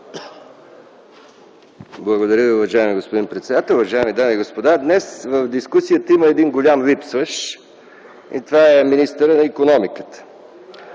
Благодаря Ви, уважаеми господин председател. Уважаеми дами и господа, днес в дискусията има един голям липсващ и това е министърът на икономиката,